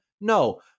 No